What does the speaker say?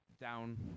down